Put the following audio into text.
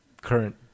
current